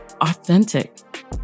authentic